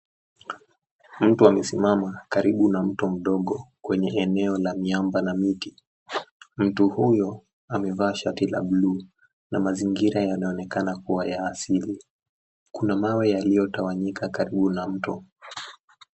Mtu amesimama karibu na mto mdogo kwenye eneo la miamba na miti. Mtu huyo amevaa shati la bluu na mzingira yanaonekana kuwa ya asili kuna mawe yaliyo tawanyika karibu na mto.